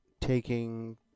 taking